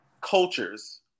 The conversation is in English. cultures